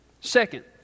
Second